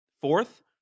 fourth